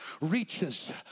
reaches